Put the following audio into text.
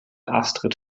astrid